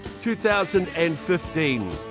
2015